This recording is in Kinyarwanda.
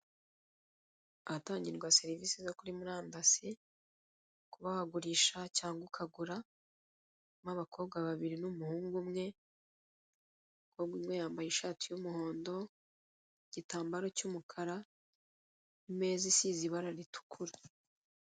Ahatangirwa serivise zo kuri murandasi, kuba wagurisha cyangwa ukagura, harimo abakobwa babiri n'umuhungu umwe, umukobwa umwe yambaye ishati y'umuhondo, igitambaro cy'umukara, imeza isize ibara ritukura.